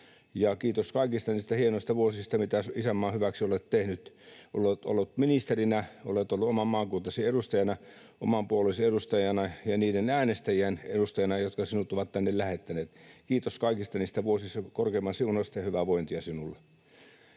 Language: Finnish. Kiitos kaikista niistä hienoista vuosista, mitä isänmaan hyväksi olet tehnyt. Olet ollut ministerinä, olet ollut oman maakuntasi edustajana, oman puolueesi edustajana ja niiden äänestäjien edustajana, jotka sinut ovat tänne lähettäneet. Kiitos kaikista niistä vuosista ja korkeimman siunausta ja hyvää vointia sinulle!